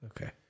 Okay